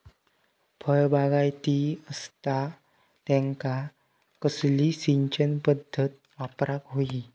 फळबागायती असता त्यांका कसली सिंचन पदधत वापराक होई?